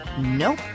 Nope